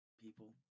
people